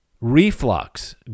reflux